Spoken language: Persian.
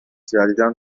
جدیدا